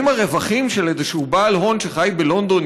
האם הרווחים של איזשהו בעל הון שחי בלונדון